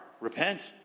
Repent